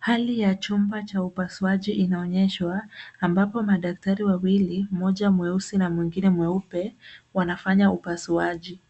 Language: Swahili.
Hali ya chumba cha upasuaji inaonyeshwa ambapo madaktari wawili, mmoja mweusi na mwingine mweupe wanafanya upasuaji.